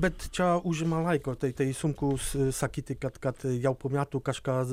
bet čia užima laiko tai tai sunkaus sakyti kad kad jau po metų kažkas